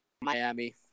Miami